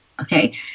okay